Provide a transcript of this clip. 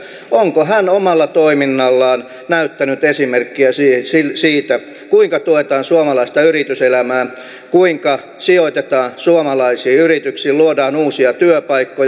onko hän omalla toiminnallaan näyttänyt esimerkkiä siitä kuinka tuetaan suomalaista yrityselämää sijoitetaan suomalaisiin yrityksiin luodaan uusia työpaikkoja